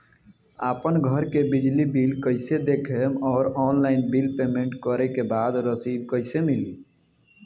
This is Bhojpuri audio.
आपन घर के बिजली बिल कईसे देखम् और ऑनलाइन बिल पेमेंट करे के बाद रसीद कईसे मिली?